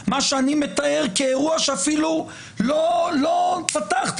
מה שאני מתאר כאירוע שאפילו לא פתחתם,